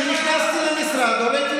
אנא שב במקומך.